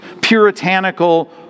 puritanical